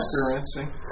experiencing